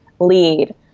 lead